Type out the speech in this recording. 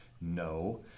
No